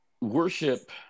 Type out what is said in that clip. worship